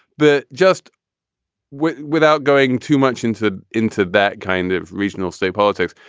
but just without going too much into into that kind of regional state politics,